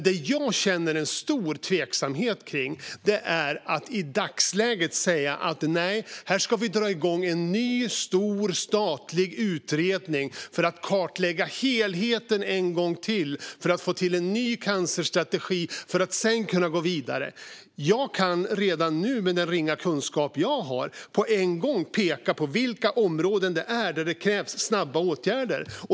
Det jag känner en stor tveksamhet kring är att i dagsläget säga att vi ska dra igång en ny, stor statlig utredning för att kartlägga helheten en gång till och få till en ny cancerstrategi för att sedan kunna gå vidare. Jag kan redan nu med den ringa kunskap jag har på en gång peka på vilka områden det är där det krävs snabba åtgärder.